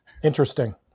Interesting